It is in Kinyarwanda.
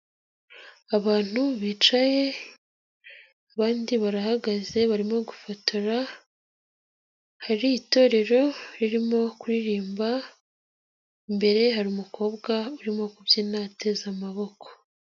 Abantu bicaye, abandi barahagaze barimo gufotora, hari itorero ririmo kuririmba, imbere hari umukobwa urimo kubyina ateze amaboko.